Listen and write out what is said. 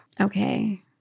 Okay